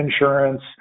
insurance